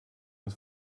het